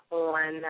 on